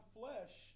flesh